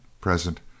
present